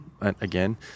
again